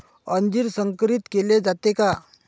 अंजीर संकरित केले जाते का?